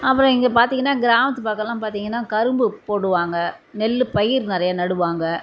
அப்புறம் இங்கே பார்த்தீங்கன்னா கிராமத்து பக்கம்லாம் பார்த்தீங்கன்னா கரும்பு போடுவாங்க நெல்லு பயிர் நிறையா நடுவாங்க